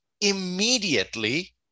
immediately